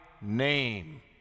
name